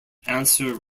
answer